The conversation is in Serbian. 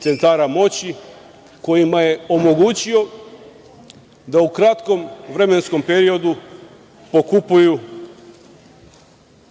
centara moći kojima je omogućio da u kratkom vremenskom periodu pokupuju